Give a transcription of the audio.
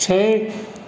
छओ